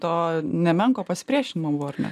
to nemenko pasipriešinimo buvo ar ne